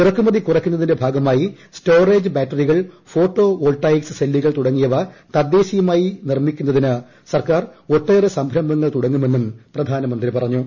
ഇറക്കുമതി കുറയ്ക്കുന്നതിന്റെ ഭാഗമായി സ്റ്റോറേജ് ബാറ്ററികൾ ഫോട്ടോ വോൾട്ടായിക്സ് സെല്ലുകൾ തുടങ്ങിയവ തദ്ദേശീയമായി നിർമ്മിക്കുന്നതിന് സർക്കാർ ഒട്ടേറെ സംരംഭങ്ങൾ തുടങ്ങുമെന്നും പ്രധാനമന്ത്രി പറഞ്ഞു